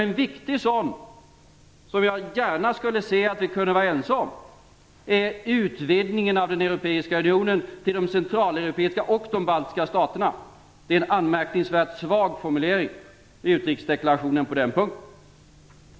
En viktig sådan, som jag gärna skulle vilja att vi kunde vara ense om, är utvidgningen av den Europeiska unionen till de centraleuropeiska och de baltiska staterna. Det är en amärkningsvärt svag formulering i utrikesdeklarationen på den punkten.